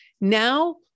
Now